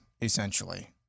essentially